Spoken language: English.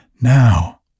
Now